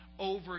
over